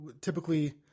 typically